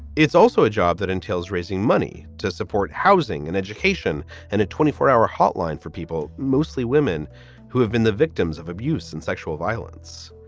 it's also a job that entails raising money to support housing and education and a twenty four hour hotline for people, mostly women who have been the victims of abuse and sexual violence.